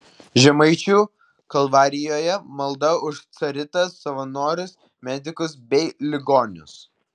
žemaičių kalvarijoje malda už caritas savanorius medikus bei ligonius